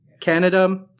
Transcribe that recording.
Canada